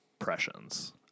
impressions